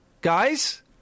Guys